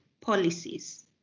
policies